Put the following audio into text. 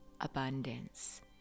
abundance